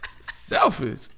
Selfish